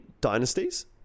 dynasties